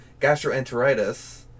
gastroenteritis